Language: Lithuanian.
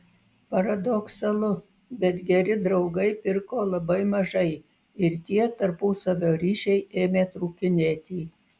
paradoksalu bet geri draugai pirko labai mažai ir tie tarpusavio ryšiai ėmė trūkinėti